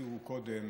שהזכירו קודם